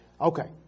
Okay